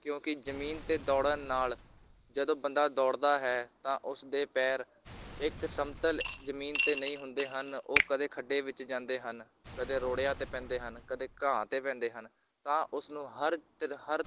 ਕਿਉਂਕਿ ਜ਼ਮੀਨ 'ਤੇ ਦੌੜਨ ਨਾਲ ਜਦੋਂ ਬੰਦਾ ਦੌੜਦਾ ਹੈ ਤਾਂ ਉਸਦੇ ਪੈਰ ਇੱਕ ਸਮਤਲ ਜ਼ਮੀਨ 'ਤੇ ਨਹੀਂ ਹੁੰਦੇ ਹਨ ਉਹ ਕਦੇ ਖੱਡੇ ਵਿੱਚ ਜਾਂਦੇ ਹਨ ਕਦੇ ਰੋੜਿਆਂ 'ਤੇ ਪੈਂਦੇ ਹਨ ਕਦੇ ਘਾਹ 'ਤੇ ਪੈਂਦੇ ਹਨ ਤਾਂ ਉਸਨੂੰ ਹਰ ਤਰ ਹਰ